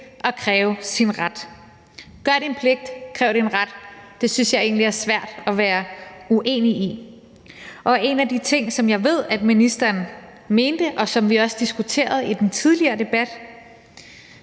og kræve sin ret – gør din pligt, kræv din ret! Det synes jeg egentlig er svært at være uenig i. En af de ting, som jeg ved ministeren mente, og som vi også diskuterede i den tidligere debat,